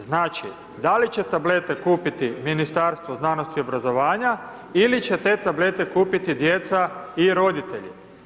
Znači, da li će tablete kupiti Ministarstvo znanosti i obrazovanja ili će te tablete kupiti djeca i roditelji?